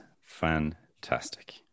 fantastic